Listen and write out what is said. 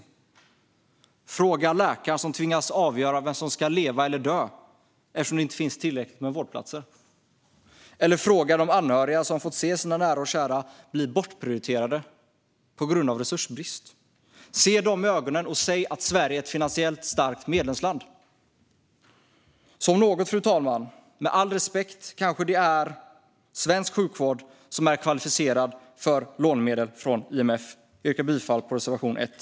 Man kan fråga läkaren som tvingas avgöra vem som ska leva eller dö, eftersom det inte finns tillräckligt med vårdplatser. Man kan fråga de anhöriga som har fått se sina nära och kära bli bortprioriterade på grund av resursbrist. Se dem i ögonen och säg att Sverige är ett finansiellt starkt medlemsland! Med all respekt är det kanske svensk sjukvård, om något, som är kvalificerad för att få lånemedel från IMF. Fru talman! Jag yrkar bifall till reservation 1.